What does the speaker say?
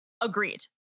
Agreed